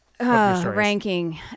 ranking